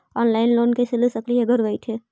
Online loan कैसे ले सकली हे घर बैठे?